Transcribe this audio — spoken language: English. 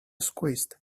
squeezed